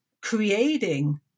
creating